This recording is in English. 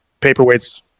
paperweights